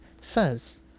says